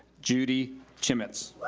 judy chimits.